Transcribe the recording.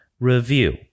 review